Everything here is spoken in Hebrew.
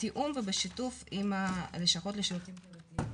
בתיאום ובשיתוף עם הלשכות לשירותים חברתיים,